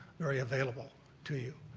very available to you.